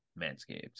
Manscaped